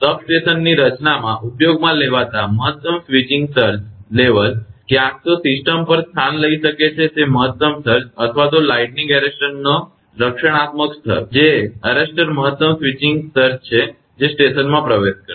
સબસ્ટેશનની રચનામાં ઉપયોગમાં લેવાતા મહત્તમ સ્વીચિંગ સર્જ લેવલ ક્યાં તો સિસ્ટમ પર સ્થાન લઈ શકે તે મહત્તમ સર્જ અથવા તો લાઈટનિંગ એરરેસ્ટરનો રક્ષણાત્મક સ્તર છે જે એરેસ્ટર મહત્તમ સ્વિચિંગ સર્જ છે જે સ્ટેશનમાં પ્રવેશ કરશે